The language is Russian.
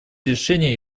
решения